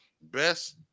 Best